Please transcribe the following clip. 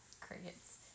Crickets